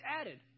added